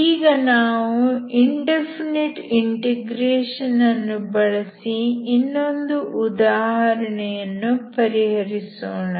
ಈಗ ನಾವು indefinite integration ಅನ್ನು ಬಳಸಿ ಇನ್ನೊಂದು ಉದಾಹರಣೆಯನ್ನು ಪರಿಹರಿಸೋಣ